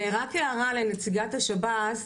ורק הערה לנציגת השב"ס,